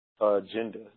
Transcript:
agenda